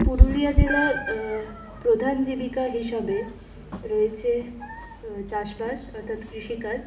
পুরুলিয়া জেলার প্রধান জীবিকা হিসেবে রয়েছে চাষবাস অর্থাৎ কৃষিকাজ